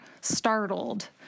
startled